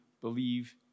believe